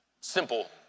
simple